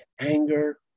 anger